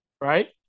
right